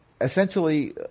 essentially